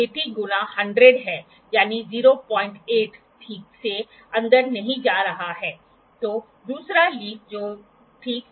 यदि आप बहुत बड़े क्षेत्र को मापना चाहते हैं तो आप स्पिरिट लेवल का उपयोग नहीं कर सकते